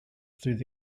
through